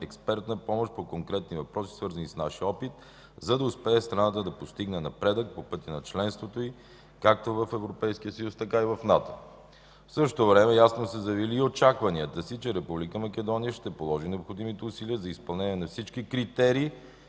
експертна помощ по конкретни въпроси, свързани с нашия опит, за да успее страната да постигне напредък по пътя на членството й както в Европейския съюз, така и в НАТО. В същото време ясно сме заявили и очакванията си, че Република Македония ще положи необходимите усилия за изпълнение на всички критерии